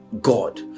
God